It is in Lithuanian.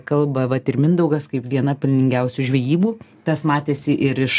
kalba vat ir mindaugas kaip viena pelningiausių žvejybų tas matėsi ir iš